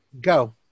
Go